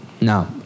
No